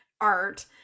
art